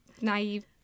naive